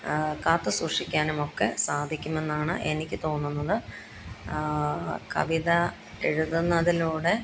കാത്തുസൂക്ഷിക്കാനുമൊക്കെ സാധിക്കുമെന്നാണ് എനിക്ക് തോന്നുന്നത് കവിത എഴുതുന്നതിലൂടെ